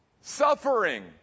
suffering